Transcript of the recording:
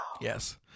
Yes